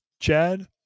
Chad